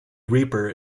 reaper